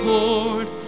Lord